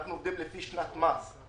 אנחנו עובדים לפי שנת מס.